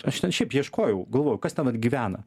aš ten šiaip ieškojau galvojau kas ten vat gyvena